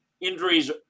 injuries